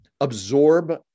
absorb